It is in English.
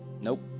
Nope